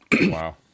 Wow